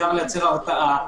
אפשר לייצר התרעה,